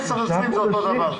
זו הקטגוריה הראשונה.